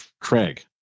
Craig